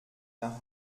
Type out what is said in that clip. nach